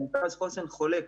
מרכז החוסן חולק